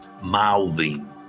mouthing